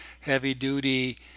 heavy-duty